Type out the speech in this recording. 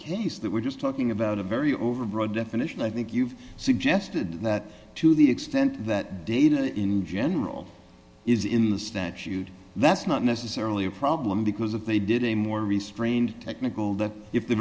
case that we're just talking about a very over broad definition i think you've suggested that to the extent that data in general is in the statute that's not necessarily a problem because of they did a more restrained technical that if the